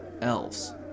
elves